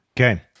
Okay